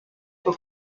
für